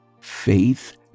faith